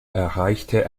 erreichte